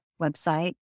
website